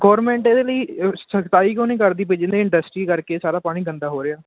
government ਇਹਦੇ ਲਈ ਸਖ਼ਤਾਈ ਕਿਉਂ ਨਹੀਂ ਕਰਦੀ ਜਿੰਨੇ ਇੰਡਸਟਰੀ ਕਰਕੇ ਸਾਰਾ ਪਾਣੀ ਗੰਦਾ ਹੋ ਰਿਹਾ